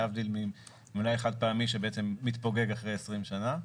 להבדיל ממלאי חד פעמי שבעצם מתפוגג אחרי 20 שנה.